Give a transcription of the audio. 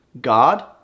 God